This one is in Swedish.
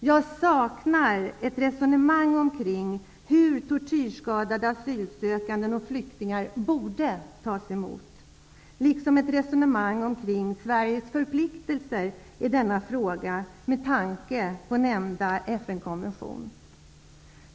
Jag saknar ett resonemang omkring hur tortyrskadade asylsökande och flyktingar borde tas emot, liksom ett resonemang omkring Sveriges förpliktelser i denna fråga med tanke på nämnda FN-konvention.